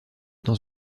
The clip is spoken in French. dans